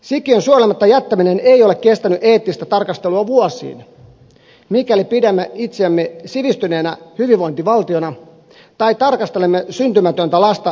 sikiön suojelematta jättäminen ei ole kestänyt eettistä tarkastelua vuosiin mikäli pidämme itseämme sivistyneenä hyvinvointivaltiona tai tarkastelemme syntymätöntä lasta nykytietämyksen valossa